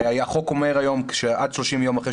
הרי החוק אומר היום שעד 30 יום אחרי